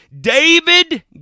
David